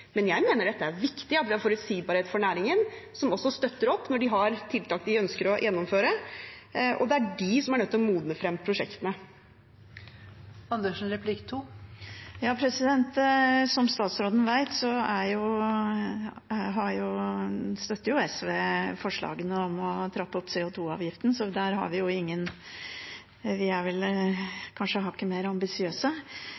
Men jeg mener det er viktig at vi har forutsigbarhet for næringen, som også støtter opp når de har tiltak de ønsker å gjennomføre, og det er de som er nødt til å modne frem prosjektene. Som statsråden vet, støtter SV forslagene om å trappe opp CO 2 -avgiften – vi er vel kanskje hakket mer ambisiøse. Men jeg stusser allikevel litt på det statsråden sier, for ellers er jo